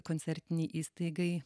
koncertinei įstaigai